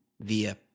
via